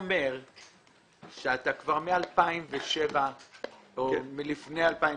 שאתה כבר מלפני 2007